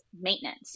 maintenance